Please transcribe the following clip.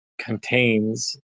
contains